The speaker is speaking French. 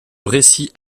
récit